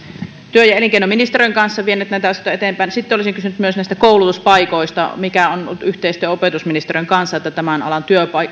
työ ja elinkeinoministeriön kanssa vieneet näitä asioita eteenpäin sitten olisin kysynyt myös näistä koulutuspaikoista mikä on yhteistyö opetusministeriön kanssa että tämän alan